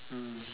mm